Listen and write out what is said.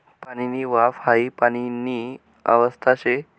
पाणीनी वाफ हाई पाणीनी अवस्था शे